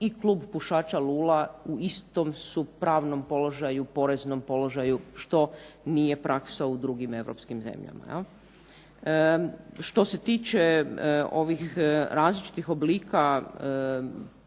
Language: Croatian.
i klub pušača lula u istom su pravnom položaju, poreznom položaju što nije praksa u drugim europskim zemljama. Što se tiče ovih različitih oblika